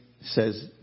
Says